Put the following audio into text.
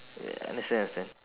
understand understand